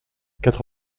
quatre